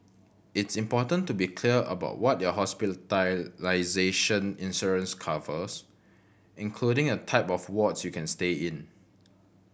it's important to be clear about what your hospitalization insurance covers including a type of wards you can stay in